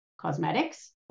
Cosmetics